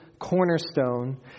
cornerstone